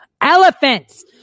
elephants